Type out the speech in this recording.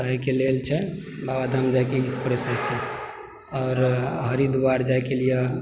तऽ अयके लेल बाबा धाम जाइके ई प्रॉसेस छै आओर हरिद्वार जाइके लिए